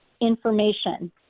information